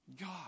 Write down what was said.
God